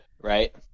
right